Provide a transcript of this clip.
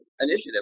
initiative